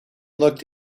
looked